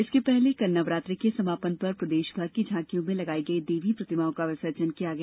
इसके पहले कल नवरात्रि के समापन पर प्रदेशभर की झांकियों में लगाई गई देवी प्रतिमाओं का विसर्जन किया गया